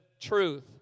truth